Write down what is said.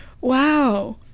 Wow